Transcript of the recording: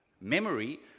memory